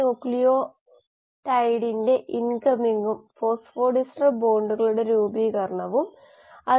നിങ്ങൾക്കറിയാമോ പ്രതിവർഷം വലിയ അളവിൽ ലൈസിൻ ഉത്പാദിപ്പിക്കപ്പെടുന്നു അതിനാൽ ഇത് ഒരു വാണിജ്യപരമായി വളരെ പ്രധാനപ്പെട്ട ഒരു ഉൽപ്പന്നമാണ്